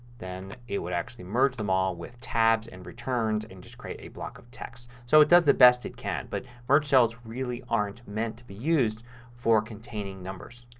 then it would actually merge them all with tabs and returns and just create a block of text. so it does the best it can but merged cells really aren't meant to be used for containing numbers.